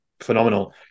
phenomenal